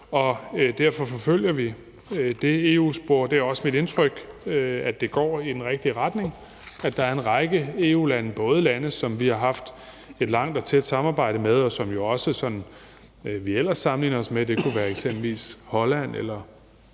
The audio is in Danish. og derfor forfølger vi EU-sporet, og det er også mit indtryk, at det går i den rigtige retning. Der er en række EU-lande – både lande, som vi har haft et langt og tæt samarbejde med, og som vi også ellers sammenligner os med; det kunne eksempelvis være Holland, Østrig